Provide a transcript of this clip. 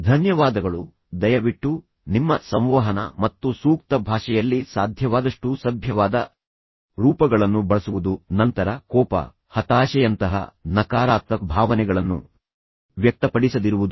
ಧನ್ಯವಾದಗಳು ದಯವಿಟ್ಟು ನಿಮ್ಮ ಸಂವಹನ ಮತ್ತು ಸೂಕ್ತ ಭಾಷೆಯಲ್ಲಿ ಸಾಧ್ಯವಾದಷ್ಟು ಸಭ್ಯವಾದ ರೂಪಗಳನ್ನು ಬಳಸುವುದು ನಂತರ ಕೋಪ ಹತಾಶೆಯಂತಹ ನಕಾರಾತ್ಮಕ ಭಾವನೆಗಳನ್ನು ವ್ಯಕ್ತಪಡಿಸದಿರುವುದು